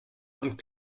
und